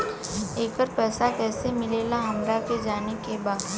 येकर पैसा कैसे मिलेला हमरा के जाने के बा?